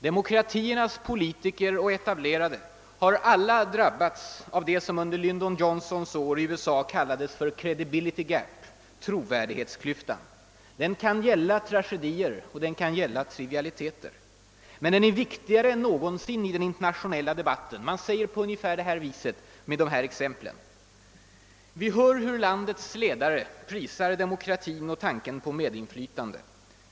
Demokratiernas politiker och etablerade har alla drabbats av det som under Lyndon Johnsons år i USA kallades för »credibility gap», trovärdighetsklyftan. Den kan gälla tragedier, och den kan gälla trivialiteter. Men den är viktigare än någonsin i den internationella debatten. Man säger ungefär så här: Vi hör hur landets ledare prisar demokratin och tanken på medinflytande.